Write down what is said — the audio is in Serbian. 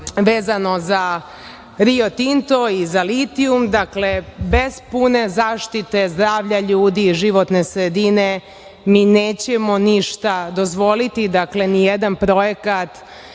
vezano za Rio Tinto i za litijum, dakle, bez pune zaštite zdravlja ljudi, životne sredine, mi nećemo ništa dozvoliti, dakle, nijedan projekat